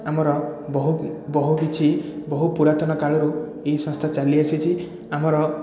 ଆମର ବହୁ ବହୁ କିଛି ବହୁ ପୁରାତନ କାଳରୁ ଏହି ସଂସ୍ଥା ଚାଲି ଆସିଛି ଆମର